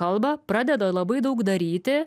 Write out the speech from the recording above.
kalba pradeda labai daug daryti